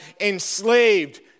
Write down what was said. enslaved